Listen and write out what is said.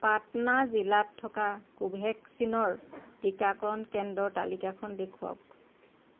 পাটনা জিলাত থকা কোভেক্সিনৰ টিকাকৰণ কেন্দ্ৰৰ তালিকাখন দেখুৱাওক